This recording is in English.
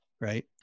Right